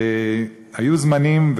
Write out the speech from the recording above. והיו זמנים,